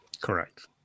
Correct